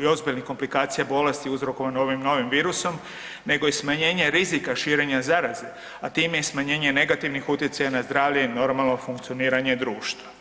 i ozbiljnih komplikacija bolesti uzrokovanim ovim novim virusom nego i smanjenje rizika širenja zaraze, a time i smanjenje negativnih utjecaja na zdravlje i normalno funkcioniranje društva.